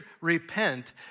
repent